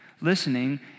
Listening